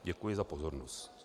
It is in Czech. Děkuji za pozornost.